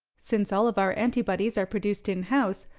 since all of our antibodies are produced in house,